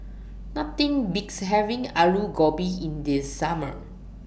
Nothing Beats having Alu Gobi in The Summer